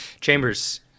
Chambers